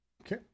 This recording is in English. Okay